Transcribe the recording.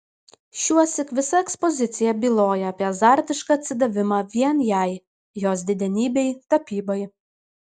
šiuosyk visa ekspozicija byloja apie azartišką atsidavimą vien jai jos didenybei tapybai